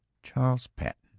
charles patten,